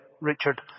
Richard